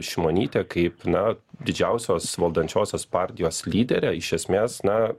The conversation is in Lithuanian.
šimonytė kaip na didžiausios valdančiosios partijos lyderė iš esmės na